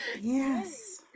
yes